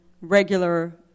regular